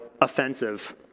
offensive